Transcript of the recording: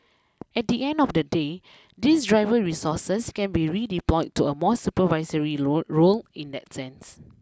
at the end of the day these driver resources can be redeployed to a more supervisory role role in that sense